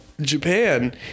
Japan